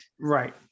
Right